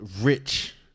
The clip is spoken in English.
rich